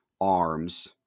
arms